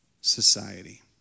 society